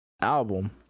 album